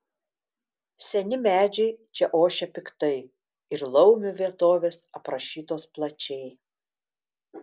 seni medžiai čia ošia piktai ir laumių vietovės aprašytos plačiai